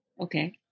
Okay